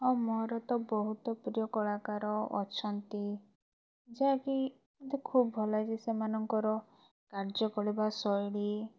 ହଁ ମୋର ତ ବହୁତ ପ୍ରିୟ କଳାକାର ଅଛନ୍ତି ଯାହାକି ମୋତେ ଖୁବ ଲାଗଛି ସେମାନଙ୍କର କାର୍ଯ୍ୟ କରିବା ଶୈଳୀ